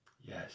Yes